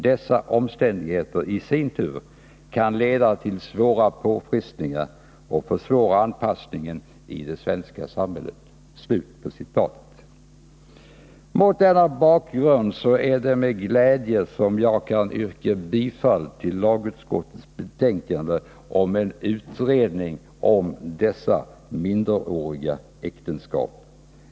Dessa omständigheter kan i sin tur leda till svåra påfrestningar och försvåra anpassningen i det svenska samhället.” Mot denna bakgrund är det med glädje som jag yrkar bifall till lagutskottets hemställan om en utredning angående utländska minderårigas äktenskap.